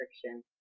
friction